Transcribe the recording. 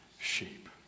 sheep